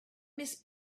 miss